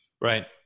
Right